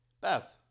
Beth